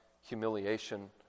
humiliation